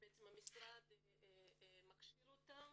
שבעצם משרד הבריאות מכשיר אותן